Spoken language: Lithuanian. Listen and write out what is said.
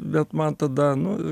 bet man tada nu